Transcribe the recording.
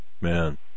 Man